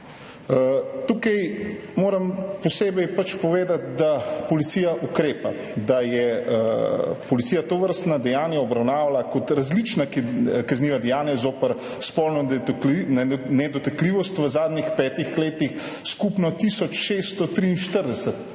Tukaj moram posebej povedati, da policija ukrepa. Policija je tovrstna dejanja obravnavala kot različna kazniva dejanja zoper spolno nedotakljivost v zadnjih 5 letih skupno tisoč